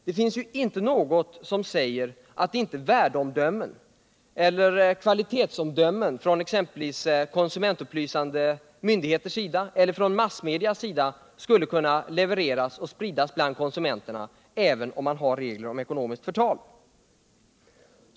Det finns ju inte något som säger att inte exempelvis konsumentupplysande myndigheters eller massmedias värdeomdömen eller kvalitetsomdömen skulle kunna spridas bland konsumenterna, även om man har regler om ekonomiskt förtal.